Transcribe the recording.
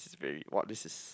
it's very what this is